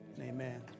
Amen